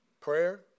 prayer